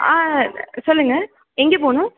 ஆ சொல்லுங்கள் எங்கே போகனும்